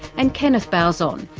and kenneth bauzon,